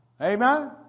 Amen